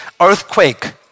earthquake